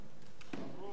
אורלי.